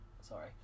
sorry